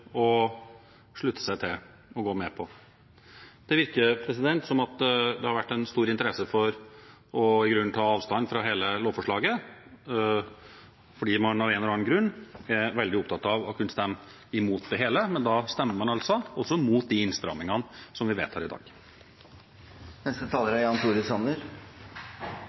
å slutte seg til og gå med på. Det virker som om det har vært en stor interesse for i grunnen å ta avstand fra hele lovforslaget, fordi man av en eller annen grunn er veldig opptatt av å kunne stemme imot det hele. Men da stemmer man altså også imot de innstrammingene som vi vedtar i dag. Jeg er